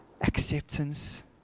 acceptance